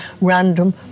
Random